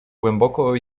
głęboko